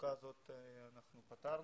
המצוקה הזאת אנחנו פתרנו.